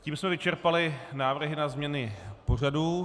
Tím jsme vyčerpali návrhy na změny pořadu.